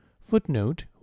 Footnote